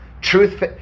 Truth